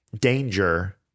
danger